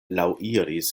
laŭiris